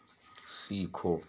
सीखो